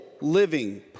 living